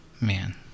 man